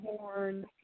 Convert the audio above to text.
horn